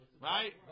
Right